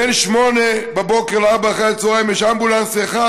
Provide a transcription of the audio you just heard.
בין 08:00 ל-16:00 יש אמבולנס אחד,